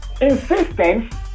insistence